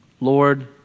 Lord